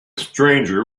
stranger